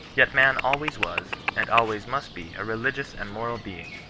yet man always was, and always must be a religious and moral being,